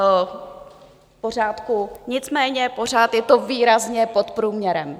V pořádku, nicméně pořád je to výrazně pod průměrem.